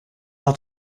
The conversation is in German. hat